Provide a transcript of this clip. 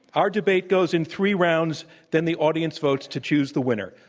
our debate goes in three rounds, then the audience votes to choose the winner.